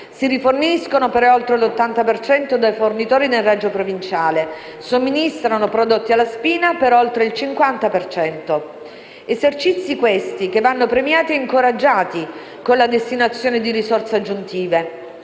si riforniscono per oltre l'80 per cento da fornitori nel raggio provinciale, somministrano prodotti alla spina per oltre il 50 per cento. Esercizi, questi, che vanno premiati e incoraggiati con la destinazione di risorse aggiuntive.